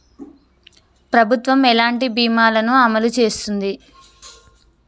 ప్రభుత్వం ఎలాంటి బీమా ల ను అమలు చేస్తుంది?